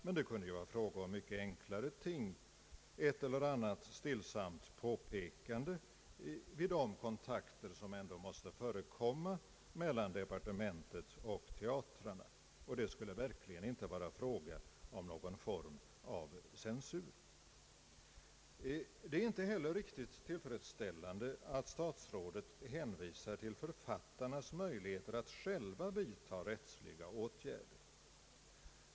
Men det kunde ju bli fråga om mycket enklare ting: ett och annat stillsamt påpekande vid de kontakter som ändå måste förekomma mellan departementet och teatrarna. Det skulle verkligen inte vara fråga om någon form av censur. Det är inte heller riktigt tillfredsställande att statsrådet hänvisar till författarnas möjligheter att själva vidta rättsliga åtgärder.